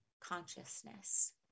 consciousness